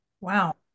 Wow